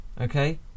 Okay